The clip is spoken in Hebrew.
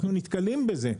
אנחנו נתקלים בזה.